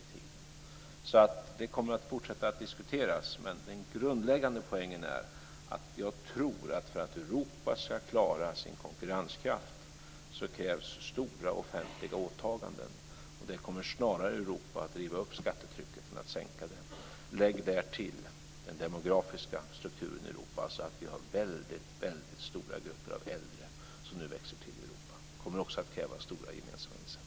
Diskussionen om detta kommer att fortsätta, men det grundläggande är att det för att Europa ska klara sin konkurrenskraft krävs stora offentliga åtaganden, och Europa kommer snarare att driva upp skattetrycket än att sänka det. Vi ska därtill lägga den demografiska strukturen i Europa. Just nu växer det i Europa till väldigt stora grupper av äldre, som kommer att kräva stora gemensamma insatser.